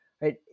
right